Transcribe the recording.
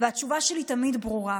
והתשובה שלי תמיד ברורה: